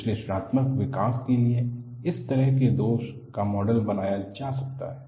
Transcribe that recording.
विश्लेषणात्मक विकास के लिए इस तरह से दोष का मॉडल बनाया जा सकता है